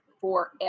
forever